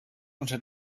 unter